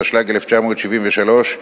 התשל"ג 1973,